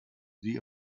sie